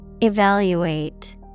Evaluate